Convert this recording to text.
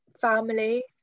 family